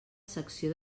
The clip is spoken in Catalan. secció